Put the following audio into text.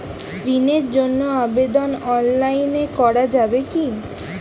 ঋণের জন্য আবেদন অনলাইনে করা যাবে কি?